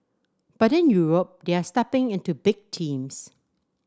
but in Europe they are stepping into big teams